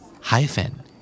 hyphen